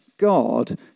God